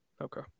Okay